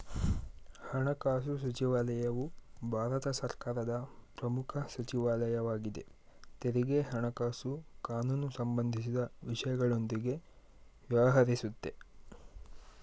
ಹಣಕಾಸುಸಚಿವಾಲಯವು ಭಾರತ ಸರ್ಕಾರದ ಪ್ರಮುಖ ಸಚಿವಾಲಯ ವಾಗಿದೆ ತೆರಿಗೆ ಹಣಕಾಸು ಕಾನೂನುಸಂಬಂಧಿಸಿದ ವಿಷಯಗಳೊಂದಿಗೆ ವ್ಯವಹರಿಸುತ್ತೆ